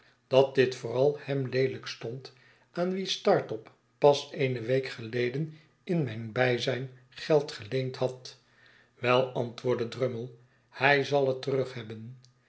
dat dit vooral hem leelijk stond aan wien startop pas eene week geleden in mijn bijzijn geld geleend had wel antwoordde drummle hij zal het